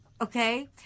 okay